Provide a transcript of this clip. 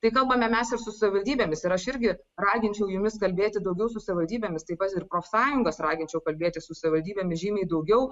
tai kalbame mes ir su savivaldybėmis ir aš irgi raginčiau jumis kalbėti daugiau su savivaldybėmis taip pat ir profsąjungas raginčiau kalbėtis su savivaldybėmis žymiai daugiau